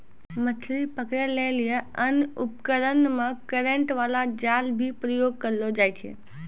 मछली पकड़ै लेली अन्य उपकरण मे करेन्ट बाला जाल भी प्रयोग करलो जाय छै